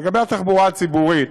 לגבי התחבורה הציבורית,